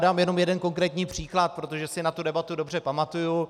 Dám jenom jeden konkrétní příklad, protože si na tu debatu dobře pamatuju.